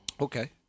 Okay